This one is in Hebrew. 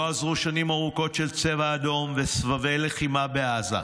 לא עזרו שנים ארוכות של צבע אדום וסבבי לחימה בעזה,